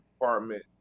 department